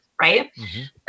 right